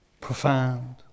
profound